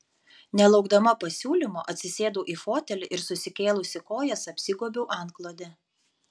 nelaukdama pasiūlymo atsisėdau į fotelį ir susikėlusi kojas apsigobiau antklode